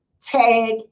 tag